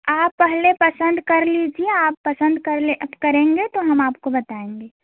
आप पहले पसंद कर लीजिए आप पसंद करेंगे तो हम आपको बताएँगे